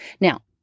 Now